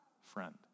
friend